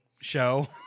show